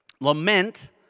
Lament